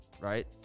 right